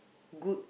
good